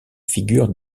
figurent